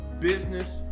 business